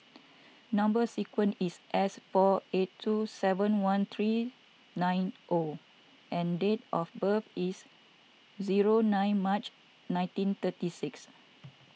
Number Sequence is S four eight two seven one three nine O and date of birth is zero nine March nineteen thirty six